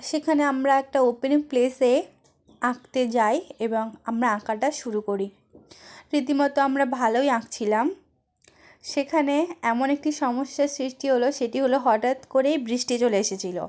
সেখানে আমরা একটা ওপেন প্লেসে আঁকতে যাই এবং আমরা আঁকাটা শুরু করি রীতিমতো আমরা ভালই আঁকছিলাম সেখানে এমন একটি সমস্যার সৃষ্টি হলো সেটি হলো হঠাৎ করেই বৃষ্টি চলে এসেছিলো